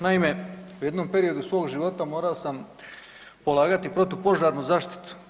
Naime, u jednom periodu svog života morao sam polagati protupožarnu zaštitu.